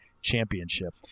championship